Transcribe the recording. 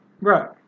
right